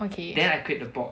okay